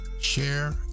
share